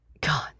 God